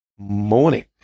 Morning